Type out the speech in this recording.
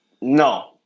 No